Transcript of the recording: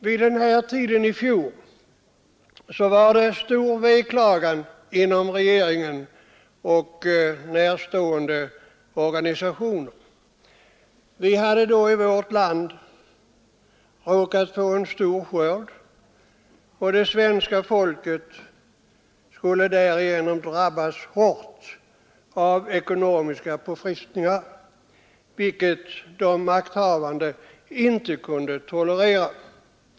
Vid den här tiden i fjor var det stor veklagan inom regeringen och närstående organisationer. Vi hade då i vårt land råkat få en stor skörd, och det svenska folket skulle därigenom drabbas hårt av ekonomiska påfrestningar, vilket de makthavande inte kunde tolerera.